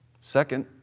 Second